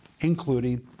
including